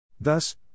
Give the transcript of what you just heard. Thus